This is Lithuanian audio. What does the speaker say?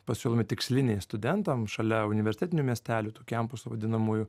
pasiūlomi tiksliniai studentam šalia universitetinių miestelių tų kempusų vadinamųjų